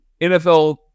NFL